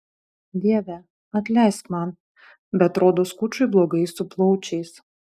dieve atleisk man bet rodos kučui blogai su plaučiais